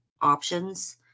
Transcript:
options